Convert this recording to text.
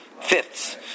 fifths